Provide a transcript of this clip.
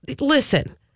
listen